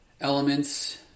elements